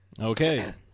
Okay